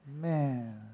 Man